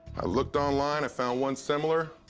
i looked online. i found one similar.